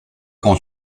grand